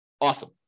Awesome